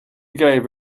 gave